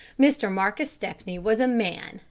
mr. marcus stepney was a man,